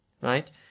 Right